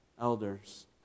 elders